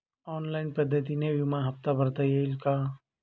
Online पद्धतीने विमा हफ्ता भरता येईल का?